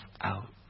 out